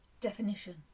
definition